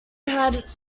had